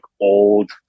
old